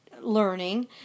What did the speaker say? learning